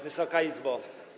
Wysoka Izbo!